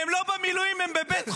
כשהם לא במילואים, הם בבית החולים,